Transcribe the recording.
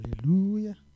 Hallelujah